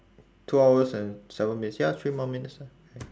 two hours and seven minutes ya three more minutes lah